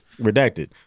redacted